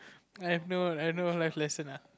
I have no I have no life lesson ah